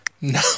No